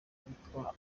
abitwa